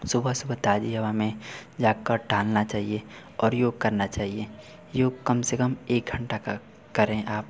सुबह सुबह ताज़ी हवा में जाकर टाहलना चाहिए और योग करना चाहिए योग कम से कम एक घंटे का करें आप